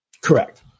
Correct